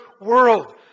world